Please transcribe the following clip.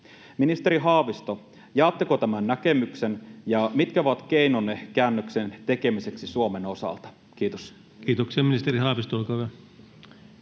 Ministeri Haavisto, jaatteko tämän näkemyksen, ja mitkä ovat keinonne käännöksen tekemiseksi Suomen osalta? — Kiitos. Kiitoksia. — Ministeri Haavisto, olkaa hyvä.